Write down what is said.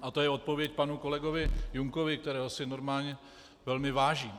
A to je i odpověď panu kolegovi Junkovi, kterého si normálně velmi vážím.